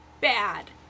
bad